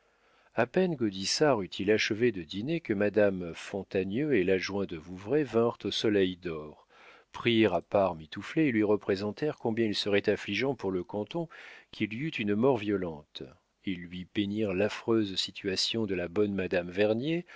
a peine gaudissart eut-il achevé de dîner que madame fontanieu et l'adjoint de vouvray vinrent au soleil dor prirent à part mitouflet et lui représentèrent combien il serait affligeant pour le canton qu'il y eût une mort violente ils lui peignirent l'affreuse situation de la bonne madame vernier